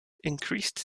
increased